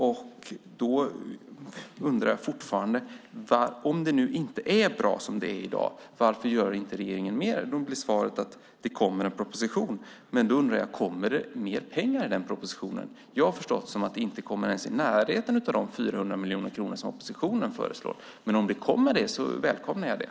Jag undrar fortfarande: Om det inte är bra som det är i dag, varför gör inte regeringen mer? Svaret är att det kommer en proposition. Men kommer det mer pengar i propositionen? Jag har förstått det som att det inte kommer ens i närheten av de 400 miljoner kronor som oppositionen föreslår. Men om det kommer mer pengar välkomnar jag det.